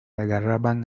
agarraban